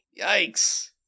Yikes